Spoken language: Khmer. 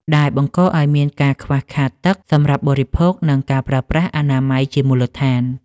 ដែលបង្កឱ្យមានការខ្វះខាតទឹកសម្រាប់បរិភោគ និងការប្រើប្រាស់អនាម័យជាមូលដ្ឋាន។